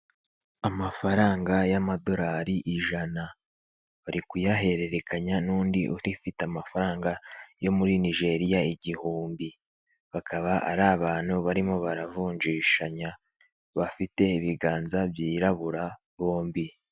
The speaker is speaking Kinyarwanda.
Amafaranga y'amadolari ijana bari kuyahererekanya n'undi ufite amafaranga yo muri Nigeria igihumbi bakaba ari abantu barimo baravunjishanya bafite ibiganza byirabura bombi.